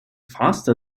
faster